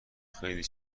خیلی